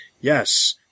yes